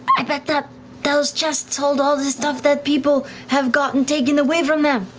i bet that those chests hold all the stuff that people have gotten taken away from them!